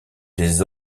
des